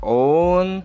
own